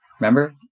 Remember